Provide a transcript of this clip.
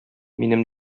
минем